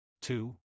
Two